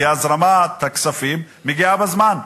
כי הזרמת הכספים מגיעה בזמן.